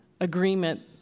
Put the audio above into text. agreement